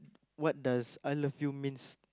what does I love you means